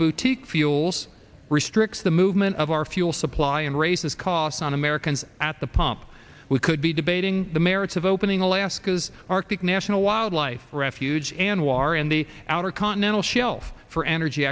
boutique fuels restricts the movement of our fuel supply and raises costs on americans at the pump we could be debating the merits of opening alaska's arctic national wildlife refuge anwar and the outer continental shelf for energy